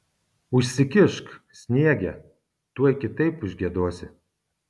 užsikišk sniege tuoj kitaip užgiedosi